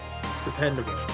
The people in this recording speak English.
dependable